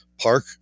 Park